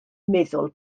meddwl